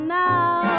now